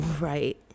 Right